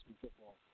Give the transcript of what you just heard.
football